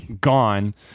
gone